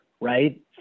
right